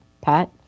Pat